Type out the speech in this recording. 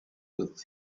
with